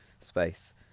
space